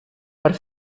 per